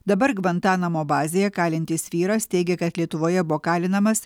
dabar gvantanamo bazėje kalintis vyras teigia kad lietuvoje buvo kalinamas